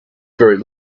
very